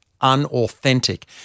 unauthentic